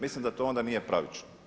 Mislim da to onda nije pravično.